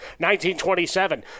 1927